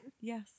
Yes